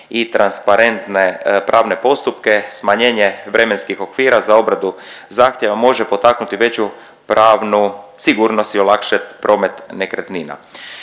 i transparentne pravne postupke smanjenje vremenskih okvira za obradu zahtjeva može potaknuti veću pravnu sigurnost i olakšat promet nekretnina.